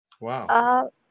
Wow